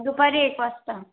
दुपारी एक वाजता